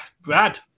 Brad